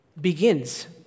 begins